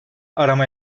arama